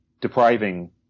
depriving